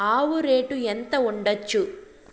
ఆవు రేటు ఎంత ఉండచ్చు?